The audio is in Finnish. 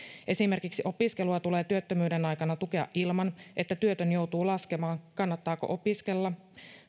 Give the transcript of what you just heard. esimerkiksi opiskelua tulee työttömyyden aikana tukea ilman että työtön joutuu laskemaan kannattaako opiskella